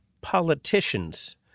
politicians